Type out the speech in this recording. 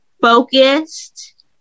focused